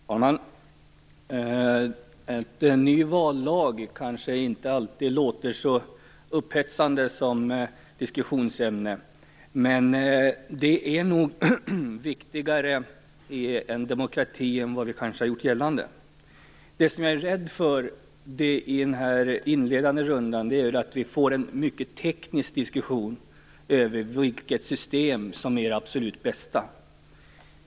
Herr talman! En ny vallag kanske inte alltid låter så upphetsande som diskussionsämne, men det är nog viktigare i en demokrati än vad kanske har gjorts gällande. Det som jag är rädd för i den här inledande rundan är att vi får en mycket teknisk diskussion om vilket system som är det absolut bästa.